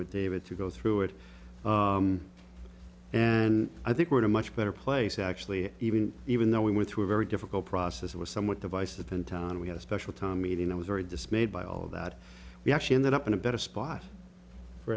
with david to go through it and i think we're in a much better place actually even even though we went through a very difficult process it was somewhat divisive pen time we had a special time meeting i was very dismayed by all of that we actually ended up in a better spot